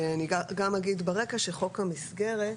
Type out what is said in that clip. אני גם אגיד ברקע שחוק המסגרת,